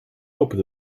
open